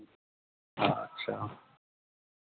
अच्छा